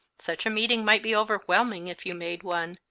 such a meeting might be overwhehning if you made one,